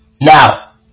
Now